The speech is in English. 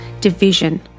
division